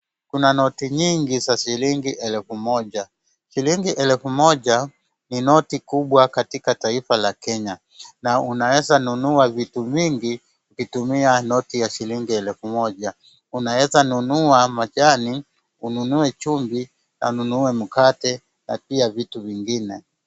Kuna noti nyingi za shilingi elfu moja. Shilingi elfu moja ni noti kubwa katika taifa la Kenya na unaweza nunua vitu mingi ukitumia noti ya shilingi elfu moja. Unawza nunua majani, ununue chumvi, na ununue mkate na pia ununue vitu vingine.